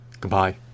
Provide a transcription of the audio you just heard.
Goodbye